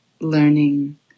learning